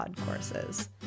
courses